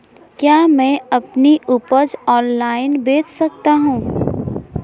क्या मैं अपनी उपज ऑनलाइन बेच सकता हूँ?